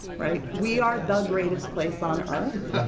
right? we are the greatest place on earth.